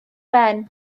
ben